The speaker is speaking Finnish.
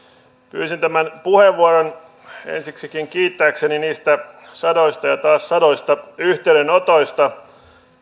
pyysin tämän puheenvuoron ensiksikin kiittääkseni niistä sadoista ja ja taas sadoista yhteydenotoista